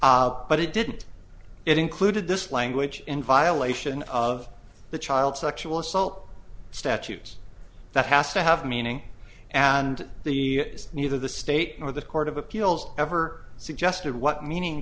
but it didn't it included this language in violation of the child sexual assault statute that has to have meaning and the neither the state nor the court of appeals ever suggested what meaning